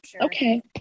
Okay